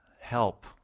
Help